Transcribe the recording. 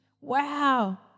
Wow